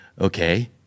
Okay